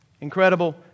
Incredible